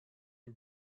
ihn